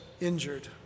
injured